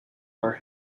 are